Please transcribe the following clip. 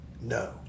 No